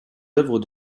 œuvres